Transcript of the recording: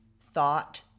thought